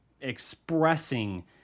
expressing